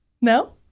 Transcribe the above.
No